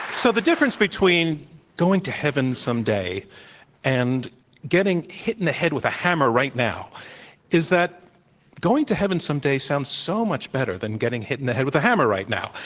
so the difference between going to heaven some day and getting hit in the head with a hammer right now is that going to heaven some day sounds so much better than getting hit in the head with a hammer right now.